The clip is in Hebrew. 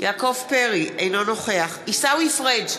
אינו נוכח עיסאווי פריג'